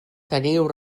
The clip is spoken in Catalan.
teniu